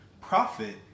profit